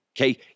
okay